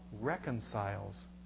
reconciles